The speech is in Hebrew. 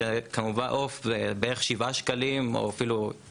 שכמובן עוף זה בערך 7 שקלים למשחטה,